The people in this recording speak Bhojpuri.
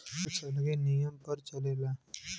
कुछ अलगे नियम पर चलेला